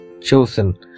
chosen